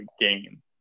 game